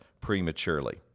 prematurely